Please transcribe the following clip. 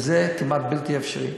וזה כמעט בלתי אפשרי.